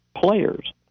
players